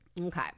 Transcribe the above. okay